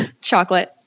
chocolate